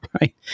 right